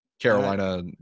Carolina